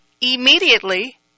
immediately